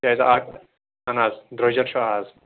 تِکیٛازِ اَز اَہَن حظ درٛۅجر چھُ آ